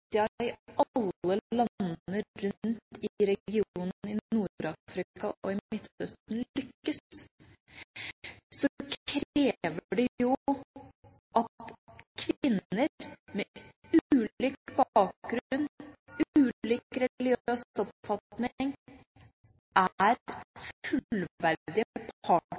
i alle landene i regionen i Nord-Afrika og i Midtøsten lykkes, kreves det jo at kvinner med ulik bakgrunn, ulik religiøs oppfatning er fullverdige